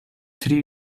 tri